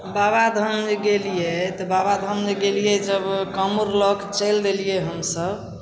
बाबाधाम जे गेलिए तऽ बाबाधाममे गेलिए जब कामरु लऽ कऽ चलि देलिए हमसभ